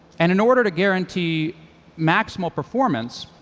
and in order to guarantee maximal performance,